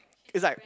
it's like